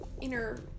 inner